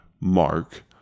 Mark